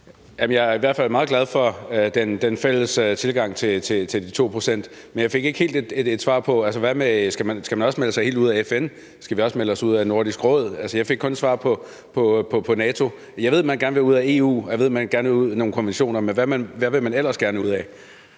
fald meget glad for den fælles tilgang til de 2 pct., men jeg fik ikke helt et svar på: Skal man også melde sig helt ud af FN? Skal vi også melde os ud af Nordisk Råd? Altså, jeg fik kun svar på det vedrørende NATO. Jeg ved, at man gerne vil ud af EU, og jeg ved, at man gerne vil ud af nogle konventioner, men hvad vil man ellers gerne ud af?